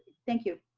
thank you.